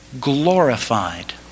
glorified